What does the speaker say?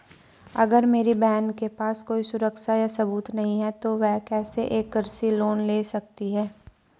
अगर मेरी बहन के पास कोई सुरक्षा या सबूत नहीं है, तो वह कैसे एक कृषि लोन ले सकती है?